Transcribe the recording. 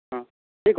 ହଁ ଠିକ୍